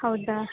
ಹೌದಾ